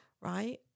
right